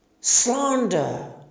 Slander